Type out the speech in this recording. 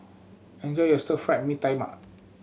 enjoy your Stir Fried Mee Tai Mak